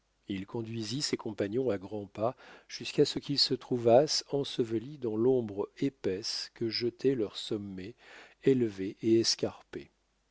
il conduisit ses compagnons à grands pas jusqu'à ce qu'ils se trouvassent ensevelis dans l'ombre épaisse que jetaient leurs sommets élevés et